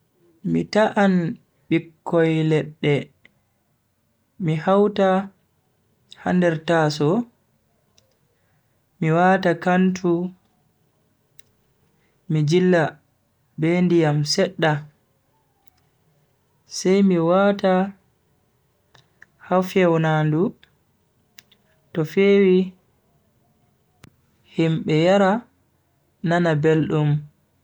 Mi ta'an bikkoi ledde mi hauta ha nder tasow mi wata kantu mi jilla be ndiyam sedda. sai mi wata ha fewnandu to fewi himbe yara nana beldum.